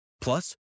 Plus